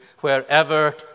wherever